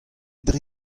dre